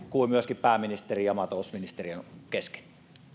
kuin myöskin pääministerin ja maatalousministeriön kesken